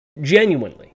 Genuinely